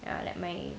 ya like my